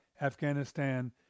Afghanistan